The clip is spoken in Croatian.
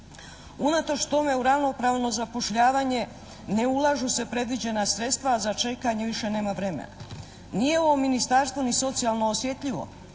Unatoč tome u ravnopravno zapošljavanje ne ulažu se predviđena sredstva, a za čekanje više nema vremena. Nije ovo ministarstvo ni socijalno osjetljivo.